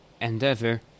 endeavor